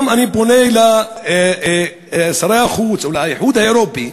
אני גם פונה לאיחוד האירופי: